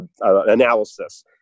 analysis